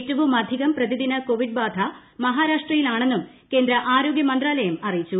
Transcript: ഏറ്റവുമധികം പ്രതിദിന കോവിഡ് ബാധ മഹാരാഷ്ട്രയിലാണെന്നും കേന്ദ്ര ആരോഗ്യ മന്ത്രാലയം അറിയിച്ചു